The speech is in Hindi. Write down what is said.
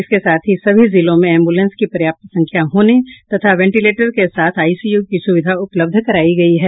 इसके साथ ही सभी जिलों में एंब्रलेंस की पर्याप्त संख्या होने तथा वेंटिलेटर के साथ आइसीयू की सुविधा उपलब्ध करयी गयी है